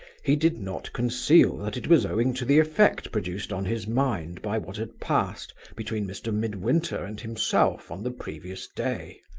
he did not conceal that it was owing to the effect produced on his mind by what had passed between mr. midwinter and himself on the previous day.